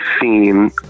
theme